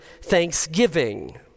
thanksgiving